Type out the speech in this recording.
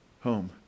home